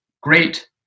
great